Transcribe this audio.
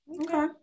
Okay